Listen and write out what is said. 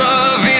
Love